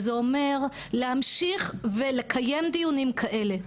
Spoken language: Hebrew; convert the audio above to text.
וזה אומר להמשיך ולקיים דיונים כאלה,